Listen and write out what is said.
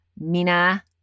Mina